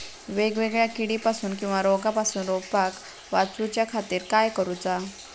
वेगवेगल्या किडीपासून किवा रोगापासून रोपाक वाचउच्या खातीर काय करूचा?